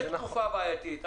יש תקופה בעייתית,